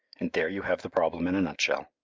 and there you have the problem in a nutshell.